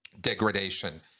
degradation